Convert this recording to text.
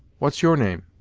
what's your name?